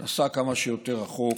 ונסע כמה שיותר רחוק.